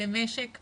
למשק פעיל,